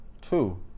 Two